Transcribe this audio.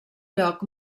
lloc